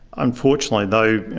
unfortunately though,